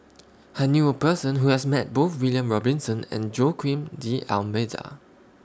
I knew A Person Who has Met Both William Robinson and Joaquim D'almeida